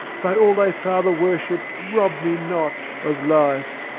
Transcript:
by all thy father worshipped, rob me not of life